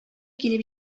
килеп